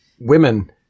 women